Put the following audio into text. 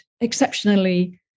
exceptionally